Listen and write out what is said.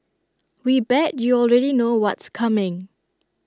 we bet you already know what's coming